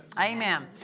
Amen